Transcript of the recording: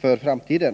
för framtiden.